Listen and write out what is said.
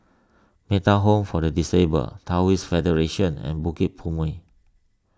Metta Home for the Disabled Taoist Federation and Bukit Purmei